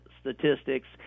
statistics